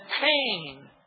pain